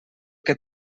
que